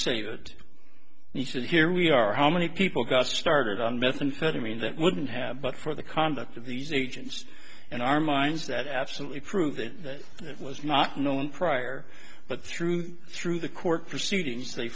say that he said here we are how many people got started on methamphetamine that wouldn't have but for the conduct of these agents in our minds that absolutely prove that it was not known prior but through through the court proceedings they